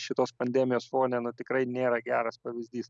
šitos pandemijos fone na tikrai nėra geras pavyzdys